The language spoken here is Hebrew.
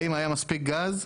האם היה כרגע מספיק גז?